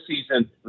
season